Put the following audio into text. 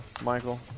Michael